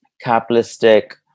capitalistic